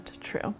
true